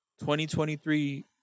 2023